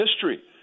history